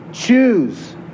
Choose